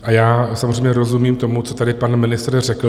A já samozřejmě rozumím tomu, co tady pan ministr řekl.